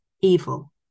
evil